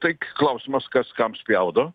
tai klausimas kas kam spjaudo